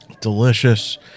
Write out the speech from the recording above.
Delicious